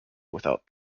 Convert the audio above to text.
without